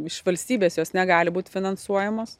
iš valstybės jos negali būt finansuojamos